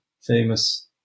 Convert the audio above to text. famous